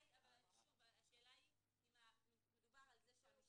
אם זה מקובל עליכם